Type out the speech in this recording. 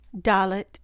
Dalit